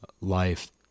life